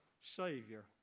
Savior